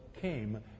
came